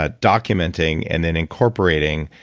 ah documenting and then incorporating,